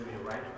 right